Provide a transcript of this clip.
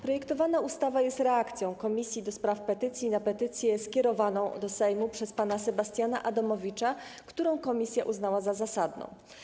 Projektowana ustawa jest reakcją Komisji do Spraw Petycji na petycję skierowaną do Sejmu przez pana Sebastiana Adamowicza, którą komisja uznała za zasadną.